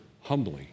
humbly